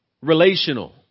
Relational